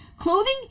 clothing